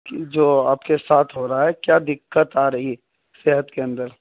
جو آپ کے ساتھ ہو رہا ہے کیا دقت آ رہی ہے صحت کے اندر